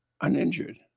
uninjured